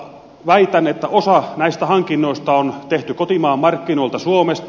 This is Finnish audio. väitän että osa näistä hankinnoista on tehty kotimaan markkinoilta suomesta